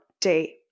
day